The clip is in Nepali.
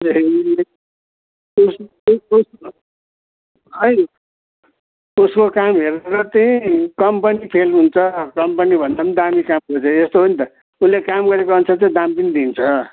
उसको काम हेरेर चाहिँ कम्पनी फेल हुन्छ कम्पनी भन्दा दामी काम गर्छ यस्तो हो नि त उसले काम गरेको अनुसार चाहिँ दाम पनि लिन्छ